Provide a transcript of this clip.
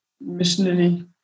missionary